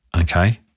okay